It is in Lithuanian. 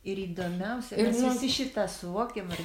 ir įdomiausia mes visi šitą suvokiam ir